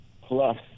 plus